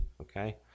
okay